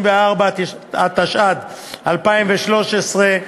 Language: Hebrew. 54), התשע"ד 2013,